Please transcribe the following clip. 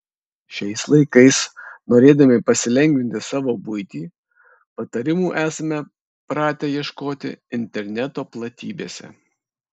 šiais laikais norėdami pasilengvinti savo buitį patarimų esame pratę ieškoti interneto platybėse